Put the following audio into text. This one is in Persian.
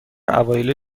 اوایل